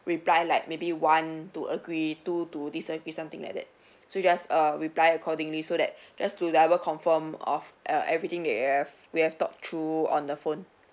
reply like maybe one to agree two to disagree something like that so you just err reply accordingly so that just to double confirm of err everything that we've we have talked through on the phone